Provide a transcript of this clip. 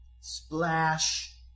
Splash